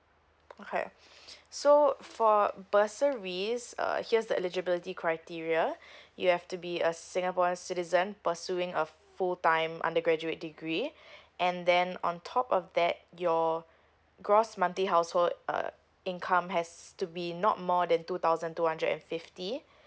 okay so for bursaries uh here's the eligibility criteria you have to be a singaporean citizen pursuing a full time undergraduate degree and then on top of that your gross monthly household uh income has to be not more than two thousand two hundred and fifty